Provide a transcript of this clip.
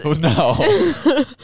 No